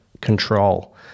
control